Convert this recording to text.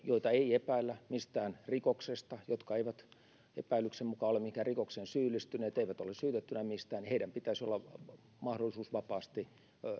joita ei epäillä mistään rikoksesta jotka eivät epäilyksen mukaan ole mihinkään rikokseen syyllistyneet eivät ole syytettynä mistään pitäisi olla mahdollisuus vapaasti